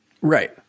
Right